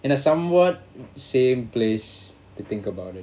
in a somewhat same place to think about it